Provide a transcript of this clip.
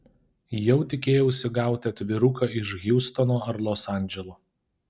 jau tikėjausi gauti atviruką iš hjustono ar los andželo